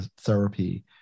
therapy